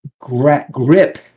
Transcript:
grip